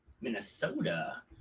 Minnesota